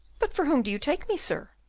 but for whom do you take me, sir?